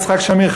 יצחק שמיר,